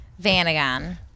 vanagon